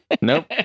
Nope